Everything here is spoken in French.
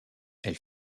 elle